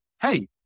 Hey